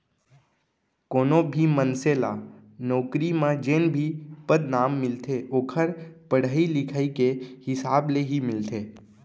कोनो भी मनसे ल नउकरी म जेन भी पदनाम मिलथे ओखर पड़हई लिखई के हिसाब ले ही मिलथे